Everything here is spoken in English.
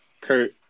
kurt